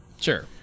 Sure